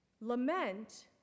Lament